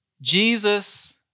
Jesus